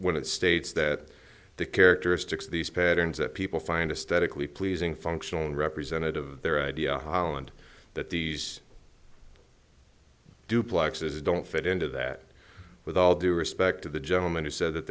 when it states that the characteristics of these patterns that people find a statically pleasing functional representative their idea holland that these duplexes don't fit into that with all due respect to the gentleman who said that